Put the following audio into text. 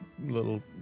little